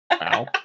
Wow